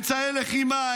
אמצעי לחימה,